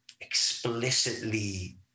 explicitly